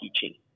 teaching